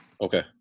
Okay